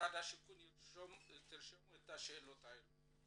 שתרשמו את השאלות האלה.